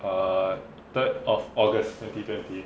err third of august twenty twenty